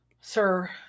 Sir